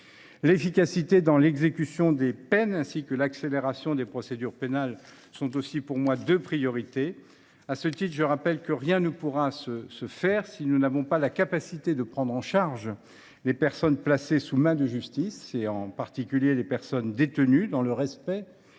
L’efficacité dans l’exécution des peines et l’accélération des procédures pénales font également partie des priorités. À ce titre, rien ne pourra se faire si nous n’avons pas la capacité de prendre en charge les personnes placées sous main de justice, en particulier les personnes détenues, dans le respect